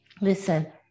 listen